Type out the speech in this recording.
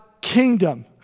kingdom